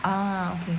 ah okay